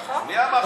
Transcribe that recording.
נכון.